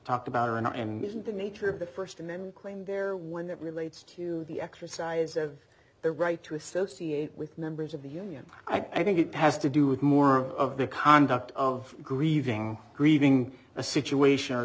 talked about or not and isn't the nature of the first and then claim there when it relates to the exercise of their right to associate with members of the union i think it has to do with more of the conduct of grieving grieving a situation